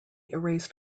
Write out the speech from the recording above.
erased